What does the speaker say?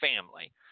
family